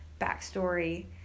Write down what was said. backstory